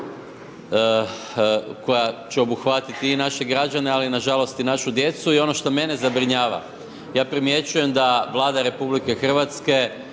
koja će obuhvatiti i naše građane ali nažalost i našu djecu i ono što mene zabrinjava ja primjećujem da Vlada RH pa i u ovom